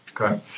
Okay